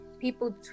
people